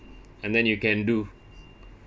and then you can do